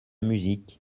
musique